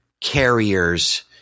carriers